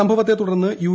സംഭവത്തെ തുടർന്ന് യു